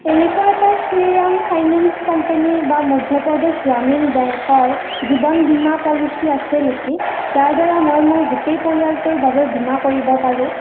এনেকুৱা এটা Shriram finance company বা মধ্য প্ৰদেশ গ্ৰামীণ বেংকৰ জীৱন বীমা পলিচী আছে নেকি যাৰ দ্বাৰা মই মোৰ গোটেই পৰিয়ালটোৰ বাবে বীমা কৰিব পাৰোঁ